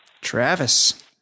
Travis